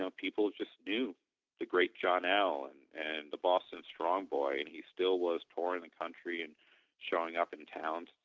so people just knew the great john l and and the boston strong boy. and he still was touring the country and showing up in towns,